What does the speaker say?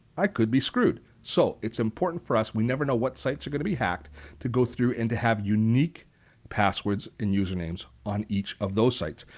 i could be screwed. so it's important for us we never know what sites are going to be hacked to go through and to have unique passwords and usernames on each of those sites.